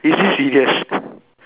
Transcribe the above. is this serious